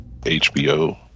HBO